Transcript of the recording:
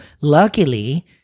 luckily